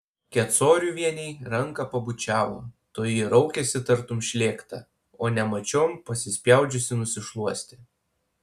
kecoriuvienei ranką pabučiavo toji raukėsi tartum šlėkta o nemačiom pasispjaudžiusi nusišluostė